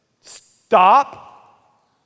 stop